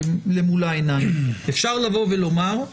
אפשר לבוא ולומר,